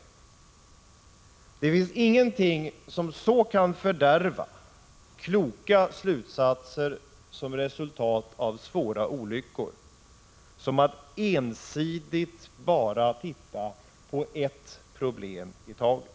Det finns ingenting som så kan fördärva de kloka slutsatser som är resultatet av svåra olyckor som just att ensidigt bara titta på ett problem i taget.